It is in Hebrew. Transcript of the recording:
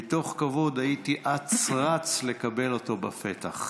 מתוך כבוד הייתי אץ-רץ לקבל אותו בפתח.